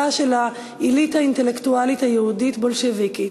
של העילית האינטלקטואלית היהודית-בולשביקית,